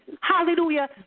Hallelujah